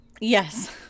Yes